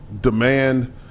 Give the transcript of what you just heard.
demand –